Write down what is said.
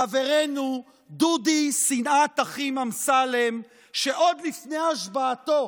חברנו דודי "שנאת אחים" אמסלם, שעוד לפני השבעתו,